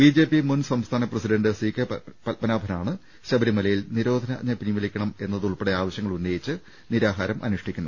B J P മുൻ സംസ്ഥാന president C K പത്മനാഭനാണ് ശബരിമലയിൽ നിരോധനാജ്ഞ പിൻ വലിക്കണമെന്നത് ഉൾപ്പെടെ ആവശ്യങ്ങൾ ഉന്നയിച്ച് നിരാഹാരമിരിക്കുന്നത്